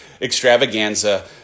extravaganza